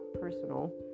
personal